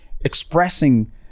expressing